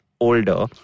older